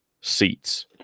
seats